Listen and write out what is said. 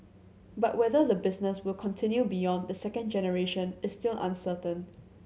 but whether the business will continue beyond the second generation is still uncertain